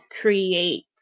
create